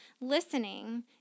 Listening